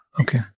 Okay